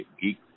Geek